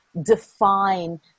define